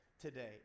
today